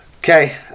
okay